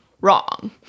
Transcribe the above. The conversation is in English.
wrong